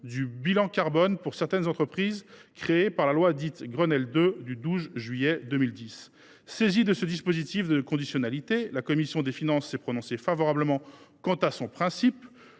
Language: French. d’un bilan carbone pour certaines entreprises, bilan créé par la loi Grenelle II du 12 juillet 2010. Saisie de ce dispositif de conditionnalité, la commission des finances s’est prononcée favorablement quant à son principe.